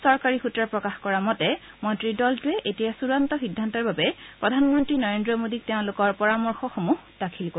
চৰকাৰী সূত্ৰই প্ৰকাশ কৰা মতে মন্ত্ৰীৰ দলটোৱে এতিয়া চুড়ান্ত সিদ্ধান্তৰ বাবে প্ৰধানমন্ত্ৰী নৰেন্দ্ৰ মোডীক তেওঁলোকৰ পৰামৰ্শসমূহ দাখিল কৰিব